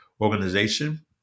organization